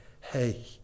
hey